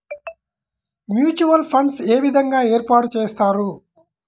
Mutual funds ఏ విధంగా ఏర్పాటు చేస్తారు?